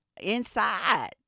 inside